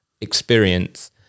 experience